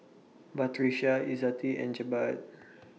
Batrisya Izzati and Jebat